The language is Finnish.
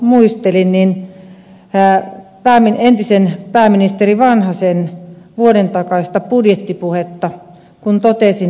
tuossa jo aikaisemmin muistelin entisen pääministeri vanhasen vuoden takaista budjettipuhetta